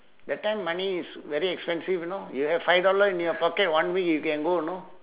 that time money is very expensive you know you have five dollar in your pocket one week you can go know